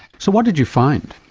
so what did you find?